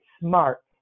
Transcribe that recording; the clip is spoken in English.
smart